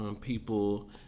People